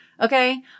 okay